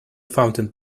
fountain